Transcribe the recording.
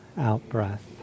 out-breath